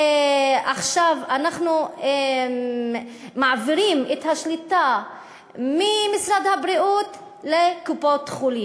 עכשיו אנחנו מעבירים את השליטה ממשרד הבריאות לקופות-חולים.